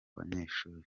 abanyeshuri